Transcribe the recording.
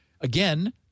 again